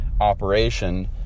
operation